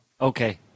Okay